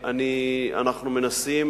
אנחנו מנסים